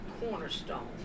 cornerstone